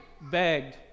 begged